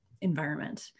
environment